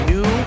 New